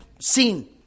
seen